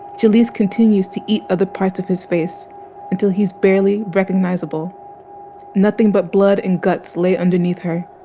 jaleese continues to eat other parts of his face until he's barely recognizable nothing but blood and guts lay underneath her.